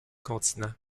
continent